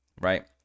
right